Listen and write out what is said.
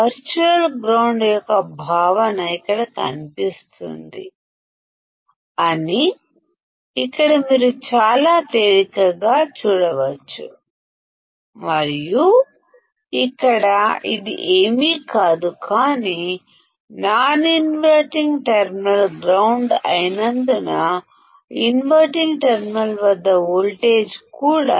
virtual ground యొక్క భావన ఇక్కడ కనిపిస్తుంది అని ఇక్కడ మీరు చాలా తేలికగా చూడవచ్చు మరియు ఇక్కడ ఇది ఏమీ కాదు కాని నాన్ ఇన్వర్టింగ్ టెర్మినల్ గ్రౌండ్ అయినందున ఇన్వర్టింగ్ టెర్మినల్ వద్ద వోల్టేజ్ సున్నా గా పరిగణించబడుతుంది